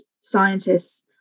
scientists